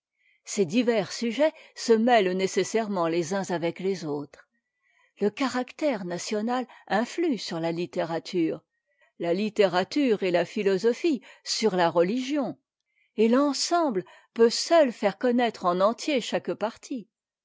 ces divers sujets se mêlent nécessairemcf t les uns avec les autres le caractère national influe sur la littérature la littérature et a philosophie sur la religion et l'ensemble peut seul faire connaître en entier chaque partie